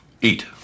Eat